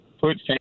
put